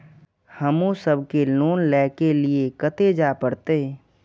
हमू सब के लोन ले के लीऐ कते जा परतें?